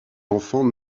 enfants